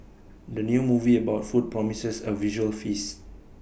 the new movie about food promises A visual feast